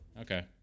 Okay